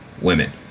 women